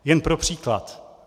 Jen pro příklad.